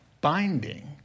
binding